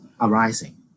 arising